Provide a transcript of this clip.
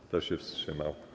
Kto się wstrzymał?